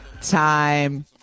time